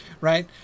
Right